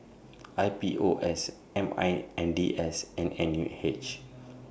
I P O S M I N D S and N U H